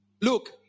Look